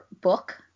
book